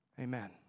Amen